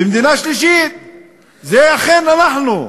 ומדינה שלישית היא אכן אנחנו,